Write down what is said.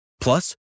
Plus